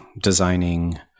designing